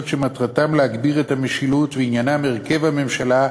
שמטרתם להגביר את המשילות ועניינם הרכב הממשלה,